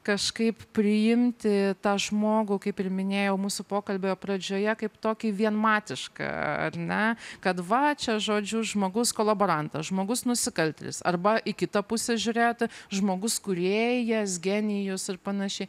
kažkaip priimti tą žmogų kaip ir minėjau mūsų pokalbio pradžioje kaip tokį vienmatišką ar ne kad va čia žodžiu žmogus kolaborantas žmogus nusikaltėlis arba į kitą pusę žiūrėti žmogus kūrėjas genijus ir panašiai